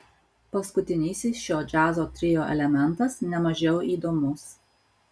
paskutinysis šio džiazo trio elementas ne mažiau įdomus